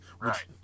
right